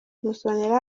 musonera